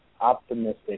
optimistic